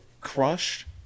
crushed